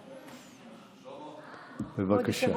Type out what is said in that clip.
בבקשה.